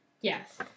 yes